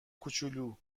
کوچولو